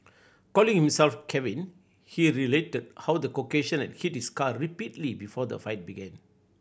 calling himself Kevin he related how the Caucasian had hit his car repeatedly before the fight began